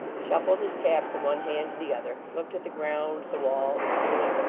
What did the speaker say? shuffled his cap from one hand to the other, looked at the ground, the wall, the ceiling,